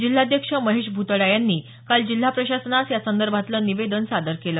जिल्हाध्यक्ष महेश भूतडा यांनी काल जिल्हा प्रशासनास यासंदर्भातलं निवेदन सादर केलं